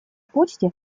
почте